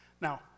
Now